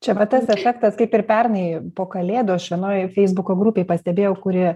čia va tas efektas kaip ir pernai po kalėdų aš vienoj feisbuko grupėj pastebėjau kuri